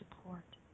support